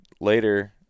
later